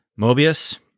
Mobius